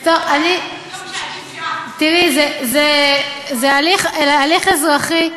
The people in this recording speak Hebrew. לא משנה, עדיף שאת, תראי, זה הליך אזרחי,